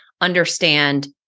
understand